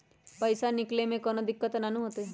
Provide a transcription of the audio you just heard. पईसा निकले में कउनो दिक़्क़त नानू न होताई?